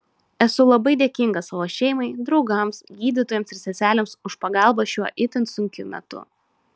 esu labai dėkinga savo šeimai draugams gydytojams ir seselėms už pagalbą šiuo itin sunkiu metu